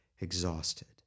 exhausted